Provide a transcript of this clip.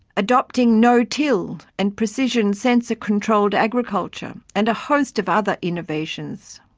adopting no-till and precision, sensor-controlled agriculture and a host of other innovations.